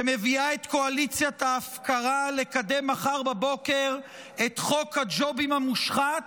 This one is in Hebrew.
שמביאה את קואליציית ההפקרה לקדם מחר בבוקר את חוק הג'ובים המושחת,